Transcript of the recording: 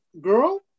girl